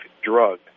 drug